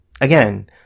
again